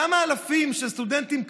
למה אלפים של סטודנטים כמוני,